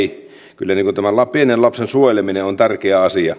kyllä tämän pienen lapsen suojeleminen on tärkeä asia